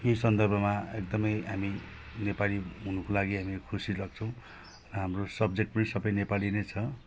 यो सन्दर्भमा एकदमै हामी नेपाली हुनुको लागि हामी खुसी लाग्छौँ हाम्रो सब्जेक्ट नै सबै नेपाली नै छ